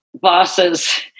bosses